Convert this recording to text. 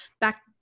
back